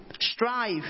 strive